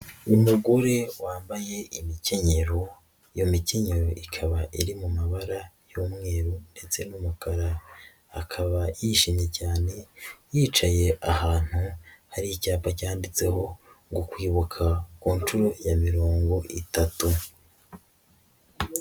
Umugore wambaye imikenyero iyo mitinnyero ikaba iri mu mabara y'umweru ndetse n'umukara, akaba yijimye cyane yicaye ahantu hari icyapa cyanditseho ngo kwibuka ku nshuro ya mirongo itatu.